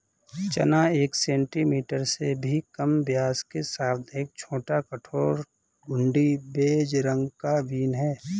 चना एक सेंटीमीटर से भी कम व्यास के साथ एक छोटा, कठोर, घुंडी, बेज रंग का बीन है